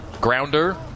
Grounder